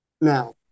Now